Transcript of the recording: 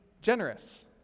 generous